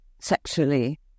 sexually